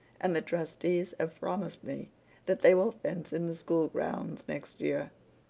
and the trustees have promised me that they will fence in the school grounds next year.